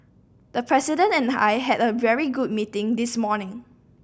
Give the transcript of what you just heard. the President and I had a very good meeting this morning